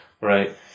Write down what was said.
Right